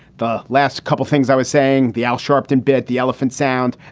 the last couple of things i was saying, the al sharpton bit, the elephant sound,